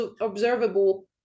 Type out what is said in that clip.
observable